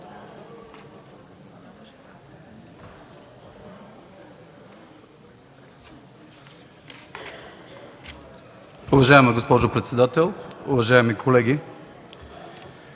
Уважаема госпожо председател, уважаеми колеги!